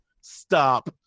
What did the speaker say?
stop